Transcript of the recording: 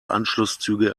anschlusszüge